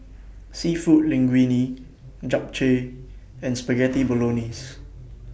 Seafood Linguine Japchae and Spaghetti Bolognese